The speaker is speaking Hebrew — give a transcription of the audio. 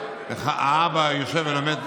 שהאבא יושב ולומד,